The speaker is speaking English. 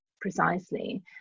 precisely